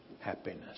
happiness